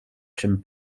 czym